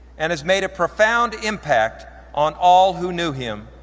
and has made a profound impact on all who knew him.